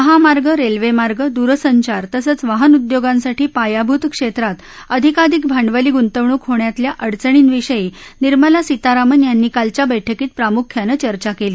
महामार्ग रेल्वेमार्ग दूरसंचार तसंच वाहन उद्योगांसाठी पायाभूत क्षेत्रात आधिकधिक भांडवली गुंतवणूक होण्यातल्या अडचणींविषयी निर्मला सीतारामन यांनी कालच्या बैठकीत प्रामुख्यानं चर्चा केली